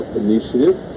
initiative